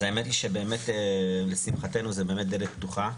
אז האמת היא שבאמת לשמחתנו זה באמת דלת פתוחה,